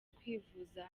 kwivuza